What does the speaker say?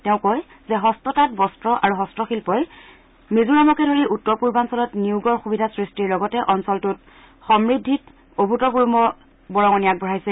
তেওঁ কয় যে হস্ততাঁত বস্ত্ৰ আৰু হস্তশিল্পই মিজোৰামকে ধৰি উত্তৰ পূৰ্বাঞ্চলত নিয়োগৰ সুবিধা সৃষ্টিৰ লগতে অঞ্চলটোৰ সমূদ্ধিত অভূতপূৰ্ব বৰঙণি আগবঢ়াইছে